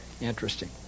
Interesting